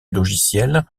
logiciel